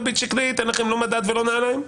אין לכם לא מדד ולא נעליים,